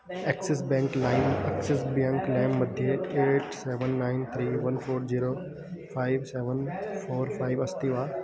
axis bank लैम् Axis bank लैं मध्ये eight seven nine three one four zero five seven four five अस्ति वा